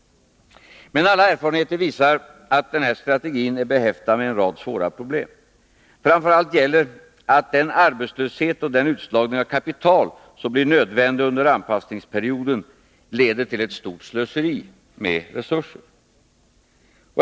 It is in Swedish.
Men alla erfarenheter visar att denna strategi är behäftad med en rad svåra problem. Framför allt gäller att den arbetslöshet och den utslagning av kapital som blir nödvändig under anpassningsperioden leder till ett stort slöseri med resurser.